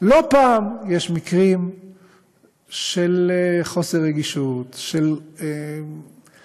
לא פעם יש מקרים של חוסר רגישות, של חוסר,